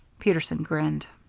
peterson grinned.